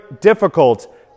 difficult